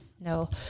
no